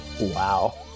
Wow